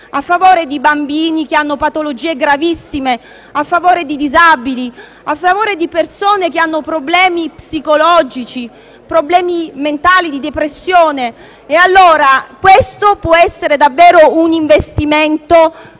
a favore di bambini che hanno patologie gravissime, a favore di disabili e di persone che hanno problemi psicologici, problemi mentali, di depressione. Questo può essere davvero un investimento per i